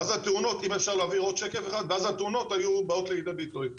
ואז התאונות היו באות לידי ביטוי.